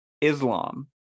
Islam